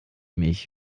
mich